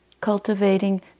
cultivating